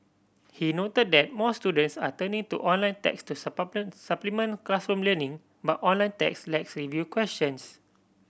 he noted that more students are turning to online text to supplement classroom learning but online text lacks review questions